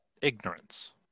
ignorance